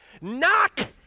Knock